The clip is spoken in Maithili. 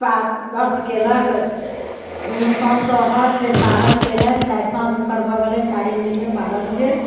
पा व्रत कयलक दुनू साँझ सहल फेर पारण केलनि चारि साँझ हुनकर भऽ गेलनि चारिम दिनमे पारण भेल